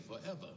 forever